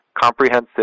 comprehensive